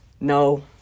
no